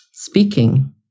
speaking